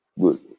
Good